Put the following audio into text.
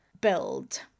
build